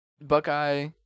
Buckeye